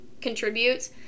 contribute